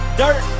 dirt